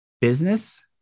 business